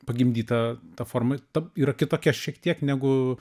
pagimdyta ta formata ta yra kitokia šiek tiek negu